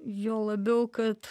juo labiau kad